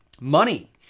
Money